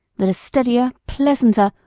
that a steadier, pleasanter,